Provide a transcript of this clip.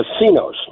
casinos